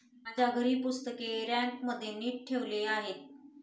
माझ्या घरी पुस्तके रॅकमध्ये नीट ठेवली आहेत